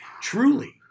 truly